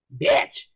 Bitch